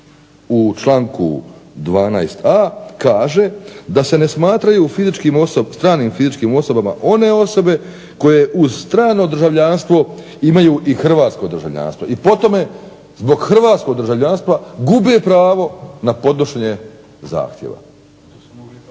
u članku 12.a kaže da se ne smatraju stranim fizičkim osobama one osobe koje uz strano državljanstvo imaju i hrvatsko državljanstvo i po tome zbog hrvatskog državljanstva gube pravo na podnošenje zahtjeva.